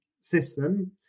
system